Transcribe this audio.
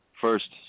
first